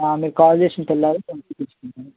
ఆ మీరు కాల్ చేసిన తెల్లారే నేను వచ్చి తీసుకుంటాను